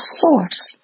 source